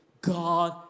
God